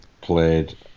played